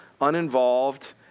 uninvolved